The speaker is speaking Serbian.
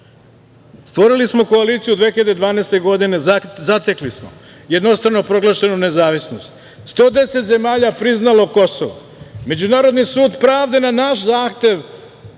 istorija. Stvorili smo koaliciju 2012. godine, odnosno zatekli smo jednostrano proglašenu nezavisnost, 110 zemalja priznalo Kosovo. Međunarodni sud pravde, na naš zahtev,